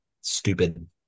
stupid